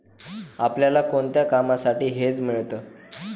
आपल्याला कोणत्या कामांसाठी हेज मिळतं?